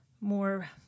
more